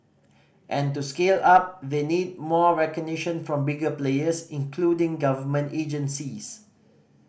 and to scale up they need more recognition from bigger players including government agencies